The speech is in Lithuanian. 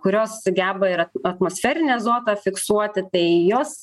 kurios geba ir atmosferinį azotą fiksuoti tai jos